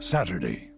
Saturday